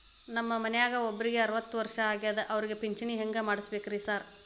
ನಮ್ ಮನ್ಯಾಗ ಒಬ್ರಿಗೆ ಅರವತ್ತ ವರ್ಷ ಆಗ್ಯಾದ ಅವ್ರಿಗೆ ಪಿಂಚಿಣಿ ಹೆಂಗ್ ಮಾಡ್ಸಬೇಕ್ರಿ ಸಾರ್?